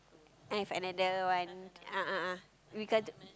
have another one a'ah a'ah regarding